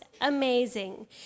amazing